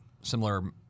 similar